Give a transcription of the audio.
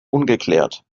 ungeklärt